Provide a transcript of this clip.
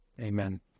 Amen